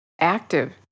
Active